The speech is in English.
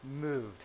moved